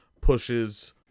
pushes